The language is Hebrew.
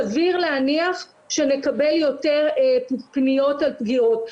סביר להניח שנקבל יותר פניות על פגיעות.